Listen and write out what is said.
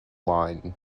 line